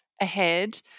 ahead